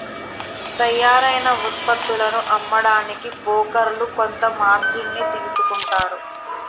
తయ్యారైన వుత్పత్తులను అమ్మడానికి బోకర్లు కొంత మార్జిన్ ని తీసుకుంటారు